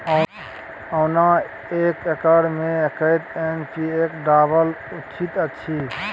ओना एक एकर मे कतेक एन.पी.के डालब उचित अछि?